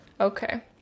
Okay